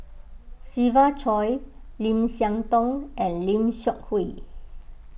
Siva Choy Lim Siah Tong and Lim Seok Hui